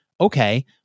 Okay